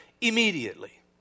immediately